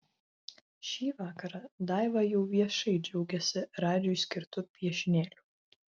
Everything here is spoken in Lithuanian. šį vakarą daiva jau viešai džiaugiasi radžiui skirtu piešinėliu